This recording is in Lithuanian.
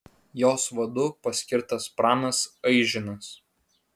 jos vadu paskirtas pranas aižinas